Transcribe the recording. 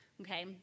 Okay